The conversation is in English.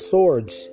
Swords